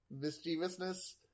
mischievousness